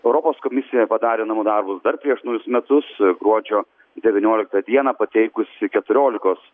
europos komisija padarė namų darbus dar prieš naujus metus gruodžio devynioliktą dieną pateikusi keturiolikos